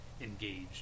engaged